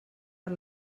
per